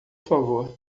favor